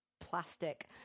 plastic